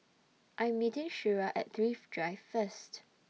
I'm meeting Shira At Thrift Drive First